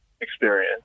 experience